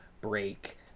break